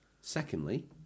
Secondly